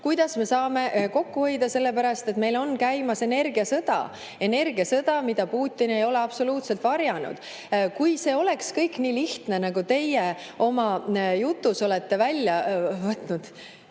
kuidas me saame kokku hoida. Meil on ju käimas energiasõda – energiasõda, mida Putin ei ole absoluutselt varjanud. Kui see oleks kõik nii lihtne, nagu teie oma jutus olete välja toonud!